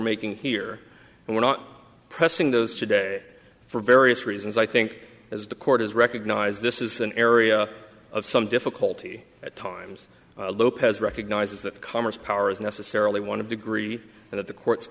making here and we're not pressing those today for various reasons i think as the court has recognized this is an area of some difficulty at times lopez recognizes that commerce power is necessarily want to degree and at the court